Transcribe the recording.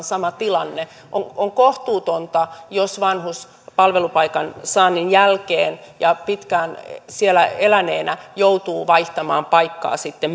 sama tilanne on on kohtuutonta jos vanhus palvelupaikan saannin jälkeen ja pitkään siellä eläneenä joutuu vaihtamaan paikkaa sitten